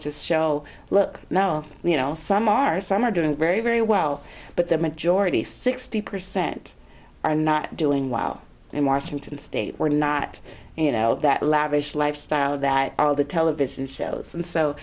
to show look now you know some are some are doing very very well but the majority sixty percent are not doing well in washington state we're not you know that lavish lifestyle that all the television shows and so